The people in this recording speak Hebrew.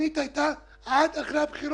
התוכנית הייתה: עד אחרי הבחירות